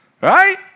Right